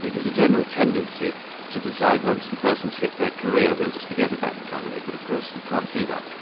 it was a general tendency to decide once the person's hit their career, we'll just forget about the family, but of course you can't do that.